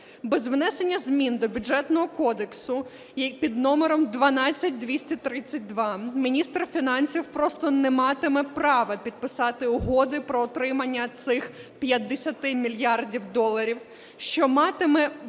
Без внесення змін до Бюджетного кодексу під номером 12232 міністр фінансів просто не матиме права підписати угоди про отримання цих 50 мільярдів доларів, що матиме, без